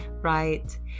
Right